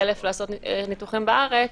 חלף לעשות ניתוחים בארץ.